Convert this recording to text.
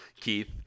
keith